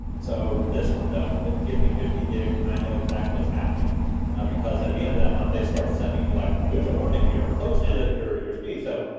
so this one though, it gives me fifty gigs and i know exactly what's happening because at the end of that month they start sending you, like here's a warning, you're close to your your speed. so,